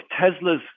Tesla's